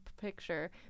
picture